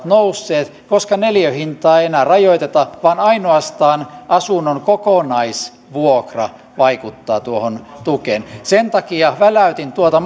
nousseet koska neliöhintaa ei enää rajoiteta vaan ainoastaan asunnon kokonaisvuokra vaikuttaa tuohon tukeen sen takia väläytin tuota